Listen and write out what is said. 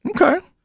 Okay